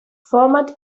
format